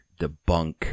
debunk